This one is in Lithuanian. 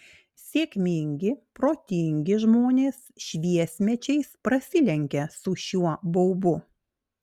sėkmingi protingi žmonės šviesmečiais prasilenkia su šiuo baubu